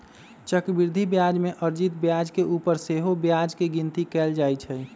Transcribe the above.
चक्रवृद्धि ब्याज में अर्जित ब्याज के ऊपर सेहो ब्याज के गिनति कएल जाइ छइ